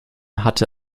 hatte